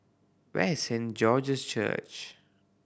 where is Saint George's Church